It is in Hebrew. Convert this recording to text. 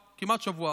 חמישי,